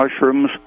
mushrooms